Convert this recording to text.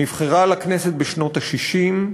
נבחרה לכנסת בשנות ה-60,